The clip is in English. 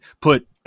put